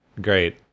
great